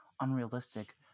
unrealistic